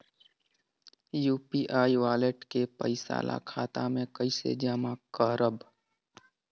UPI wallet के पईसा ल खाता मे कइसे जमा करव?